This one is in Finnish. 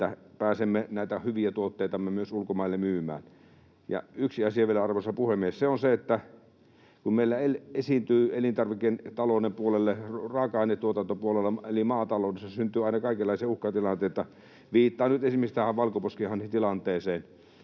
että pääsemme näitä hyviä tuotteitamme myös ulkomaille myymään. Yksi asia vielä, arvoisa puhemies, ja se on se, että meillä elintarviketalouden puolella, raaka-ainetuotantopuolella eli maataloudessa syntyy aina kaikenlaisia uhkatilanteita — viittaan nyt esimerkiksi tähän valkoposkihanhitilanteeseen.